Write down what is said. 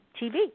TV